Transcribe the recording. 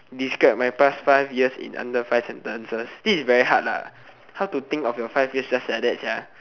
describe my past five years in under five sentences this is very hard lah how to think of your five years just like that sia